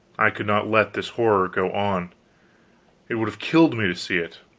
i could not let this horror go on it would have killed me to see it.